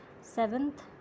seventh